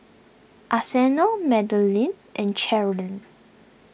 Arsenio Madelynn and Cherilyn